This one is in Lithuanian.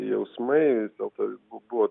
jausmai vis dėlto bu buvo